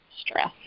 stress